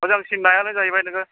मोजांसिन नायानो जाहैबाय नोङो